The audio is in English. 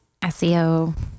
SEO